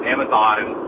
Amazon